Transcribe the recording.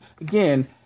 again